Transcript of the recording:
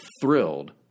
thrilled